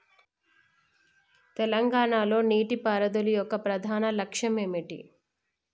తెలంగాణ లో నీటిపారుదల యొక్క ప్రధాన లక్ష్యం ఏమిటి?